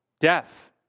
death